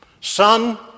Son